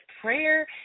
prayer